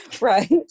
right